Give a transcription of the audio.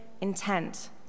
intent